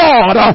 God